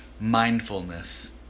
mindfulness